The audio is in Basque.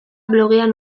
blogean